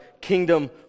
kingdom